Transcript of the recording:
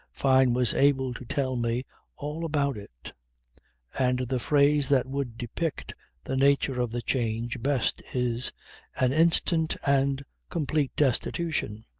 fyne was able to tell me all about it and the phrase that would depict the nature of the change best is an instant and complete destitution.